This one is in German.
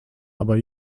aber